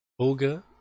Boga